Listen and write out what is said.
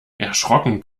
erschrocken